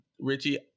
Richie